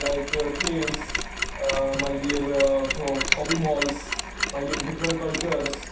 लायक caves मागीर shopping malls मागीर different cultures